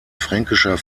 fränkischer